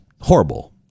horrible